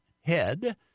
head